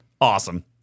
awesome